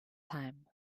time